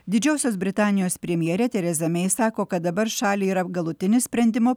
didžiosios britanijos premjerė tereza mei sako kad dabar šaliai yra galutinis sprendimo